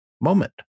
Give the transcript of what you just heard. moment